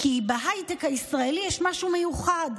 כי בהייטק הישראלי יש משהו מיוחד.